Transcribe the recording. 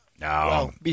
No